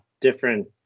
different